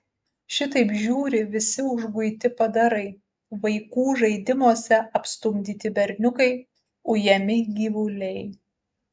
šitaip žiūri visi užguiti padarai vaikų žaidimuose apstumdyti berniukai ujami gyvuliai